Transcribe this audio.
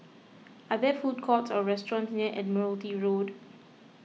are there food courts or restaurants near Admiralty Road